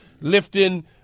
lifting